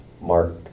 Mark